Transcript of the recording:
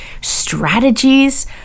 strategies